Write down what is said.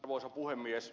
arvoisa puhemies